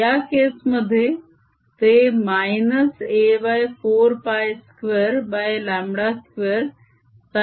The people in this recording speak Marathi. या केस मध्ये ते -A4π2λ2sin2πxλ νt आहे